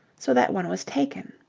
so that one was taken.